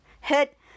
hit